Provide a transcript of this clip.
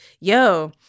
Yo